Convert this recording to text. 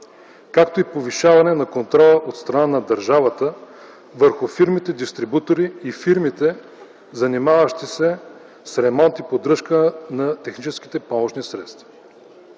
както и повишаване на контрола от страна на държавата върху фирмите-дистрибутори и фирмите, занимаващи се с ремонт и поддръжка на техническите помощни средства.